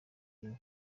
bimwe